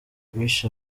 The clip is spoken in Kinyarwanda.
bishe